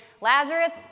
Lazarus